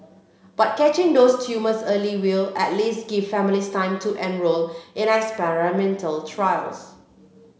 but catching those tumours early will at least give families time to enrol in experimental trials